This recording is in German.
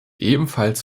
ebenfalls